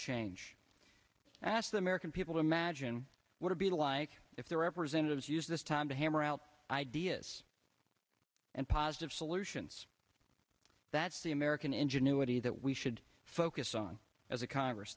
change ask the american people to imagine what to be like if their representatives use this time to hammer out ideas and positive solutions that's the american ingenuity that we should focus on as a congress